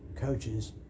coaches